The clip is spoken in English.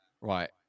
right